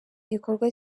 gikorwa